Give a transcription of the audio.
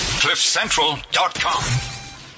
Cliffcentral.com